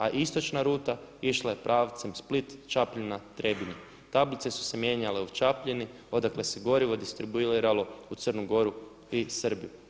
A istočna ruta išla je pravcem Split-Čapljina-Trebinje, tablice su se mijenjale u Čapljini odakle se gorivo distribuiralo u Crnu Goru i Srbiju.